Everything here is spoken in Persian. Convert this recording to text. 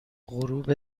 غروب